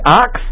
ox